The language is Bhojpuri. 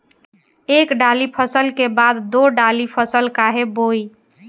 एक दाली फसल के बाद दो डाली फसल काहे बोई?